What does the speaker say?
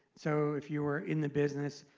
so if you were in the business,